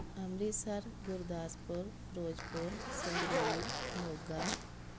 Amritsar Gurdaspur Firozpur Sangrur Moga